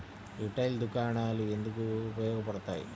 Retail దుకాణాలు ఎందుకు ఉపయోగ పడతాయి?